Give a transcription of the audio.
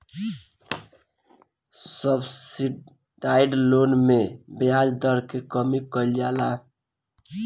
subsidised loan में ब्याज दर के कमी कइल जाला